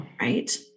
right